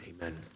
amen